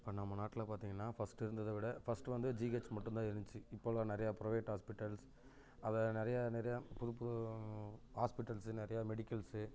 இப்போ நம்ம நாட்டில் பார்த்திங்கனா ஃபஸ்ட்டு இருந்ததை விட ஃபஸ்ட்டு வந்து ஜிஹெச் மட்டும் தான் இருந்துச்சு இப்போதுலாம் நிறைய பிரைவேட் ஹாஸ்பிட்டல்ஸ் அப்புறம் நிறைய நிறைய புது புது ஹாஸ்பிட்டல்ஸு நிறைய மெடிக்கல்ஸு